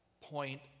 point